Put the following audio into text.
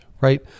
right